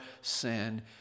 sin